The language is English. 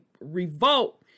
revolt